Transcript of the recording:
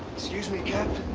excuse me, captain,